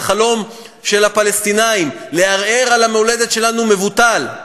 החלום של הפלסטינים לערער על המולדת שלנו מבוטל.